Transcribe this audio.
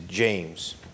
James